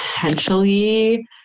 potentially